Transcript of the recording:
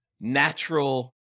natural